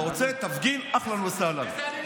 אתה רוצה, תפגין, אהלן וסהלן.